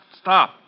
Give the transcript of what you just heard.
Stop